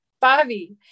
Bobby